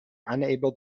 unable